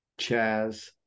Chaz